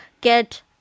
get